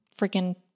freaking